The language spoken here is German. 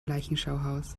leichenschauhaus